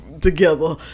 together